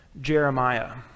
Jeremiah